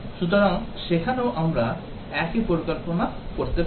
সুতরাং সেখানেও আমরা একই পরিকল্পনা করতে পারি